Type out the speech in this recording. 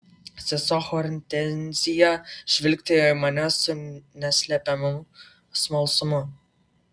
sesuo hortenzija žvilgtelėjo į mane su neslepiamu smalsumu